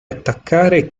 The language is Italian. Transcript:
attaccare